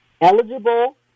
Eligible